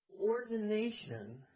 ordination